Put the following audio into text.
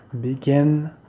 Begin